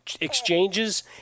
exchanges